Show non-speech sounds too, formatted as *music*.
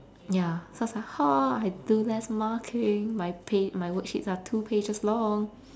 ya so I was like *noise* I do less marking my pa~ my worksheets are two pages long